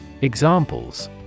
Examples